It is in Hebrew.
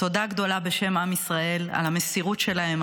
תודה גדולה בשם עם ישראל על המסירות שלהם,